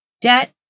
Debt